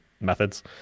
methods